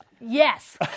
Yes